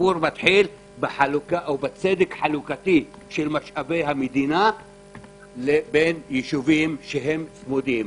הסיפור מתחיל בצדק חלוקתי של משאבי המדינה בין ישובים צמודים,